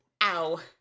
Ow